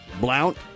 Blount